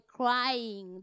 crying